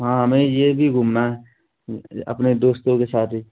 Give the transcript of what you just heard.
हाँ हमें यह भी घूमना है अपने दोस्तों के साथ ही